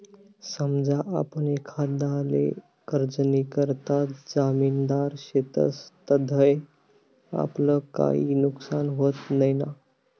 समजा आपण एखांदाले कर्जनीकरता जामिनदार शेतस तधय आपलं काई नुकसान व्हत नैना?